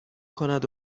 کند